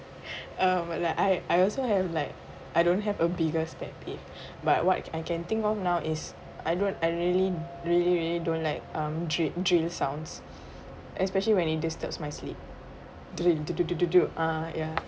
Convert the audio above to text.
uh well I I I also have like I don't have a biggest pet peeve but what I can think of now is I don't I really really really don't like um drill drill sounds especially when it disturb my sleep drill ah ya